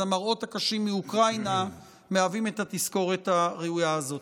אז המראות הקשים מאוקראינה הם התזכורת הראויה הזאת.